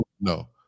no